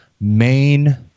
main